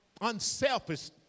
unselfish